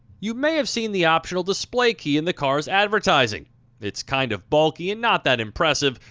you may have seen the optional display key in the car's advertising it's kind of bulky and not that impressive,